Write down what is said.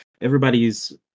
everybody's